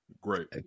great